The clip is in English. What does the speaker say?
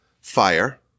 fire